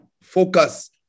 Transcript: Focus